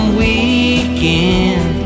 weekend